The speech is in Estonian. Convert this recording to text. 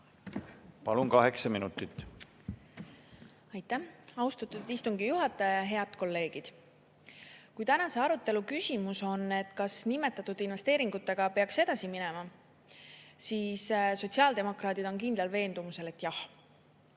Palun, kaheksa minutit. Aitäh, austatud istungi juhataja! Head kolleegid! Kui tänase arutelu küsimus on, kas nimetatud investeeringutega peaks edasi minema, siis sotsiaaldemokraadid on kindlal veendumusel, et jah.